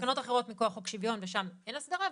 תקנות אחרות מכוח חוק שוויון ושם אין הסדרה,